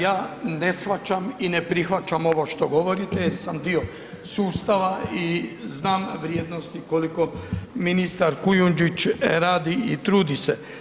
Ja ne shvaćam i ne prihvaćam ovo što govorite jer sam dio sustava i znam vrijednosti koje ministar Kujundžić radi i trudi se.